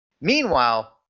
Meanwhile